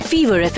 Fever